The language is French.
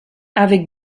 avec